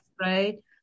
right